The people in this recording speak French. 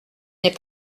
n’est